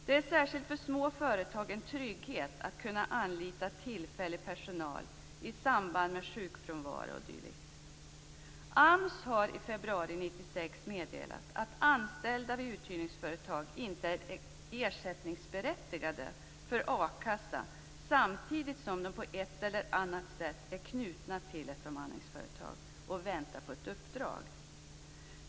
Det är särskilt för små företag en trygghet att kunna anlita tillfällig personal i samband med sjukfrånvaro o.d. AMS har i februari 1996 meddelat att anställda vid personaluthyrningsföretag inte är ersättningsberättigade för a-kassa medan de väntar på ett uppdrag från företaget.